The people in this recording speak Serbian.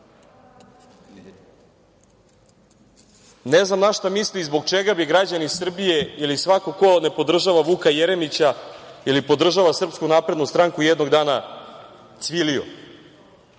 Ne znam na šta misli, zbog čega bi građani Srbije ili svako ko ne podržava Vuka Jeremića ili podržava SNS, jednog dana cvilio,